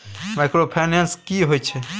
Microfinance की होय छै?